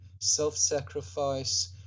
self-sacrifice